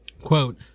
Quote